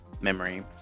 memory